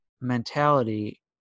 mentality